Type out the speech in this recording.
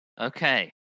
Okay